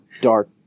dark